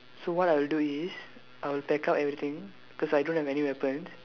so what I'll do is I will pack up everything cause I don't have any weapons